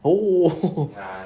oh